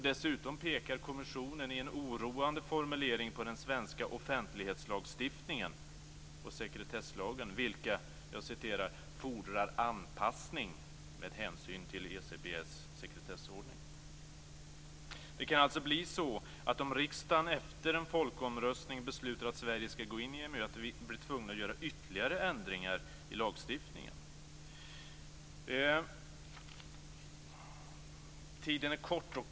Dessutom pekar kommissionen i en oroande formulering på den svenska offentlighetslagstiftningen och sekretesslagen, vilka "fordrar anpassning med hänsyn till Det kan alltså bli så att om riksdagen efter en folkomröstning beslutar att Sverige skall gå in i EMU kan vi bli tvungna att göra ytterligare ändringar i lagstiftningen. Fru talman!